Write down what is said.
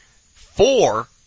four